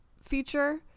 feature